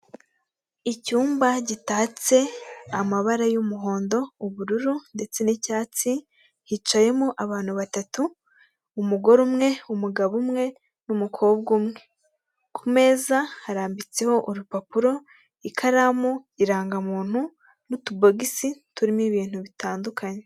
Icyumba gitatse amabara y'umuhondo, ubururu ndetse n'icyatsi hicayemo abantu batatu umugore umwe umugabo umwe n'umukobwa umwe, kumeza harambitseho urupapuro, ikaramu, irangamuntu, n'utubogisi turimo ibintu bitandukanye.